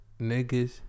Niggas